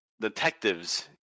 detectives